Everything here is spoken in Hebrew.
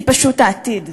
היא פשוט העתיד.